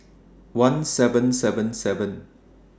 one thousand seven hundred and seventy seven